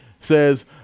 says